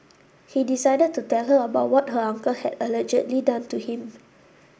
he decided to tell her about what her uncle had allegedly done to him